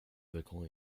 vacant